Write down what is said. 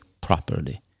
properly